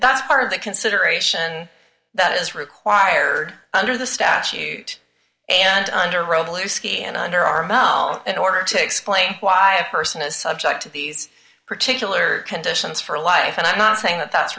that's part of the consideration that is required under the statute and under robel you ski and underarm well in order to explain why a person is subject to these particular conditions for a life and i'm not saying that that's